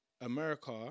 America